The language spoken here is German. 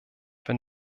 wenn